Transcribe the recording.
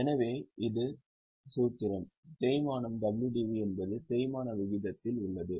எனவே இது சூத்திரம் தேய்மானம் WDV என்பது தேய்மான விகிதத்தில் உள்ளது